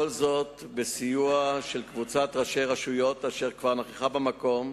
כל זאת בסיוע קבוצה של ראשי רשויות אשר כבר נכחה במקום,